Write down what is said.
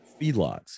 feedlots